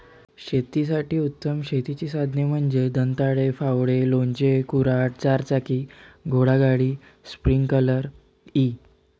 शेतासाठी उत्तम शेतीची साधने म्हणजे दंताळे, फावडे, लोणचे, कुऱ्हाड, चारचाकी घोडागाडी, स्प्रिंकलर इ